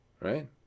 right